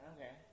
Okay